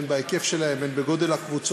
הן בהיקף שלהן והן בגודלן,